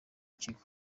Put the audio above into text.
kigo